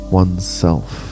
oneself